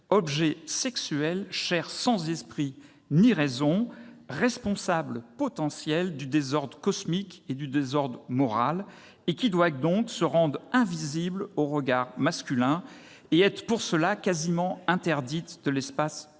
objet sexuel, chair sans esprit ni raison, responsable potentiel du désordre cosmique et du désordre moral, et qui doit donc se rendre invisible au regard masculin et être pour cela quasiment interdite de l'espace public.